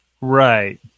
Right